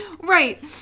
Right